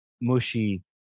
mushy